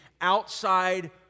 outside